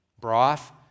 broth